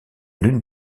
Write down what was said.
lune